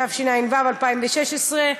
התשע"ו 2016,